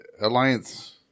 alliance